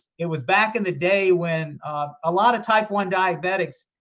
it was back in the day when a lot of type one diabetics,